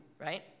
right